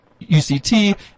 UCT